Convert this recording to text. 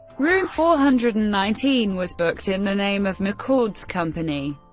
room four hundred and nineteen was booked in the name of mccord's company.